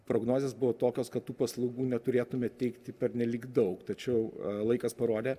prognozės buvo tokios kad tų paslaugų neturėtume teikti pernelyg daug tačiau laikas parodė